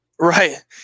Right